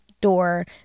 door